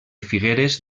figueres